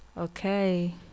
Okay